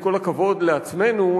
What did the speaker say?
עם כל הכבוד לעצמנו,